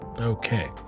Okay